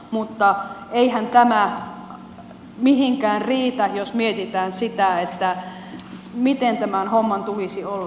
mutta eihän tämä mihinkään riitä jos mietitään sitä miten tämän homman tulisi olla